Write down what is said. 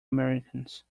americans